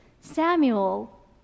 Samuel